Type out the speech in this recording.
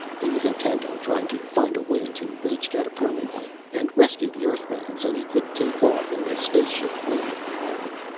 he was intent on trying to find a way to reach kataproimnoin and rescue the earthman so he could take off in the spaceship floating in the harbor.